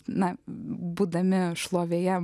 na būdami šlovėje